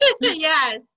yes